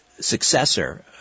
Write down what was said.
successor